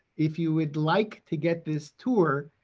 if you would like to get this tour,